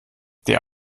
der